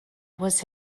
was